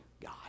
God